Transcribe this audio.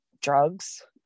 drugs